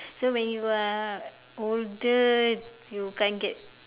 so when you are older you can't get